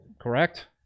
correct